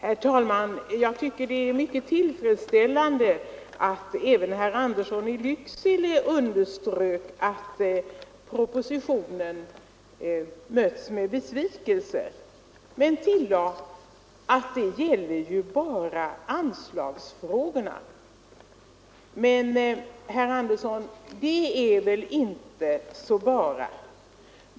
Herr talman! Jag tycker det är mycket tillfredsställande att även herr Andersson i Lycksele understryker att propositionen har mötts med besvikelse. Men han tillade att det gäller ju bara anslagsfrågorna. Det är väl, herr Andersson, inte så bara!